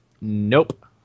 nope